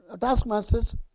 taskmasters